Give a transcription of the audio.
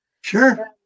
Sure